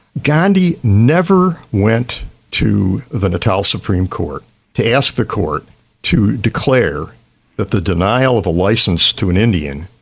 gandhi never went to the natal supreme court to ask the court to declare that the denial of a licence to an indian,